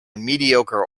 mediocre